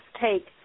take